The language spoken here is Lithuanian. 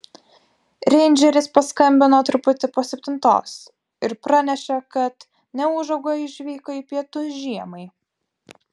reindžeris paskambino truputį po septintos ir pranešė kad neūžauga išvyko į pietus žiemai